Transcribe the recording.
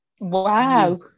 Wow